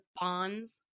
bonds